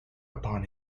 upon